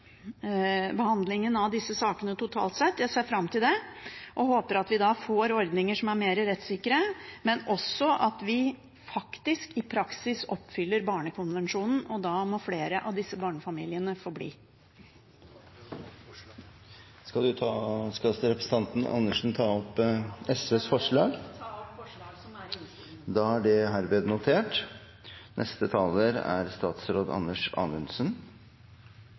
av disse sakene totalt sett. Jeg ser fram til det og håper at vi da får ordninger som er mer rettssikre, men også at vi i praksis faktisk oppfyller Barnekonvensjonen, og da må flere av disse barnefamiliene få bli. Tar representanten opp SVs forslag? Ja, jeg tar opp forslaget som er